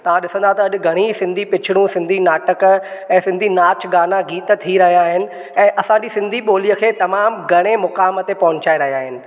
तव्हां ॾिसंदा त अॼु घणी सिन्धी पिक्चरूं सिन्धी नाटक ऐं सिन्धी नाच गाना गीत थी रहिया आहिनि ऐं असांजी सिन्धी ॿोलीअ खे तमामु घणे मुक़ाम ते पहुचाए रहिया आहिनि